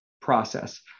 process